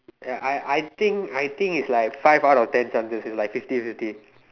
ya I I think I think it's like five out of ten chances it's like fifty fifty